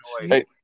Hey